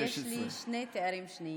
אחרי שיש לי שני תארים שניים,